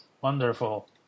wonderful